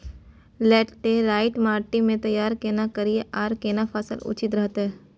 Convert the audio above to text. Laterite माटी की तैयारी केना करिए आर केना फसल उचित रहते?